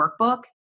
workbook